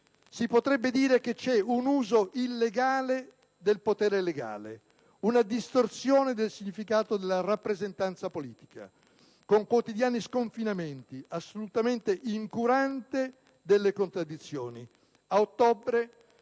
(si potrebbe dire che c'è un uso illegale del potere legale, una distorsione del significato della rappresentanza politica, con quotidiani sconfinamenti), assolutamente incurante delle contraddizioni. Ad ottobre